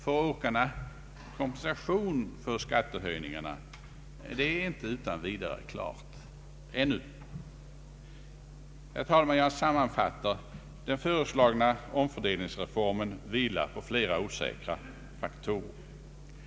Får åkarna kompensation för skattehöjningarna? Det är inte utan vidare klart ännu. Herr talman! Jag sammanfattar: Den föreslagna omfördelningsreformen vilar på flera osäkra faktorer.